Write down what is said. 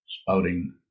spouting